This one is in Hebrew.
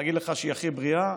להגיד לך שהיא הכי בריאה?